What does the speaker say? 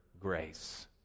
grace